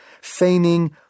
feigning